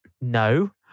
No